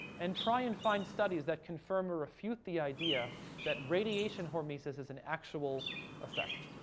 and try and find studies that confirm or refute the idea that radiation hormesis is an actual effect.